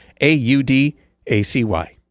A-U-D-A-C-Y